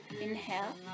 Inhale